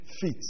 feet